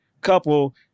Couple